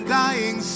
dying